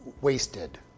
wasted